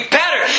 better